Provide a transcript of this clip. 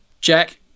Jack